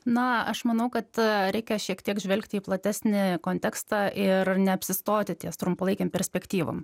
na aš manau kad reikia šiek tiek žvelgti į platesnį kontekstą ir neapsistoti ties trumpalaikėm perspektyvom